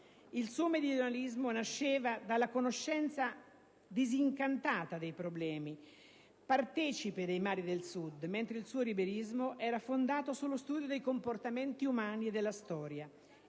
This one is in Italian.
Il suo meridionalismo nasceva dalla conoscenza disincanta dei problemi, partecipe dei mali del Sud, mentre il suo liberismo era fondato sullo studio dei comportamenti umani e della storia,